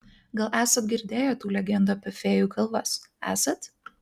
gal esat girdėję tų legendų apie fėjų kalvas esat